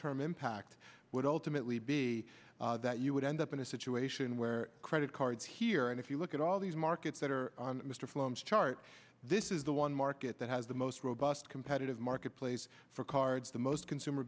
term impact would ultimately be that you would end up in a situation where credit cards here and if you look at all these markets that are mr flow chart this is the one market that has the most robust competitive marketplace for cards the most consumer